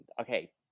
okay